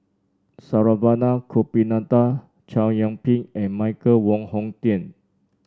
Saravanan Gopinathan Chow Yian Ping and Michael Wong Hong Teng